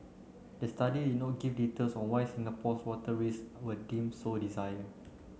the study no give details on why Singapore's water were deemed so desire